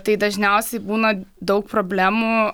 tai dažniausiai būna daug problemų